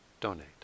donate